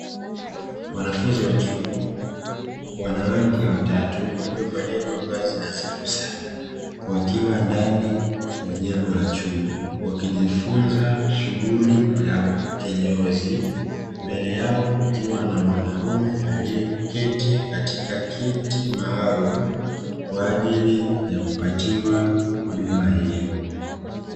Wanafunzi wa chuo, wanawake watatu waliovalia mavazi nadhifu sana, wakiwa ndani ya jengo la chuo, wakijifunza shughuli ya kinyozi, mbele yao kukiwa na mwanaume aliyeketi katika kiti maalumu kwa ajili ya kupatiwa huduma hiyo.